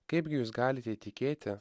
kaipgi jūs galite įtikėti